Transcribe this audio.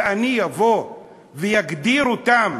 ואני אבוא ואגדיר אותם,